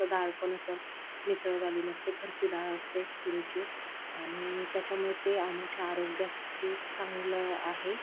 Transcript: डाळ पण असं मिसळवाली नसते घरची डाळ असते तुरीची आणि त्याच्यामुळे ते आमच्या आरोग्यास खूप चांगलं आहे